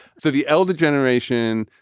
so the elder generation,